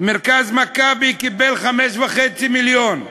מרכז "מכבי" קיבל 5.5 מיליון,